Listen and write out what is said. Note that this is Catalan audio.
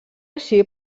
així